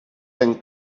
fem